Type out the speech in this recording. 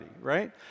right